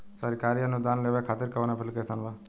सरकारी अनुदान लेबे खातिर कवन ऐप्लिकेशन बा?